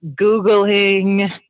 Googling